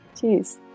Cheers